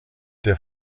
der